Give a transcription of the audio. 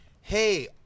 hey